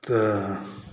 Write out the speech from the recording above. तऽ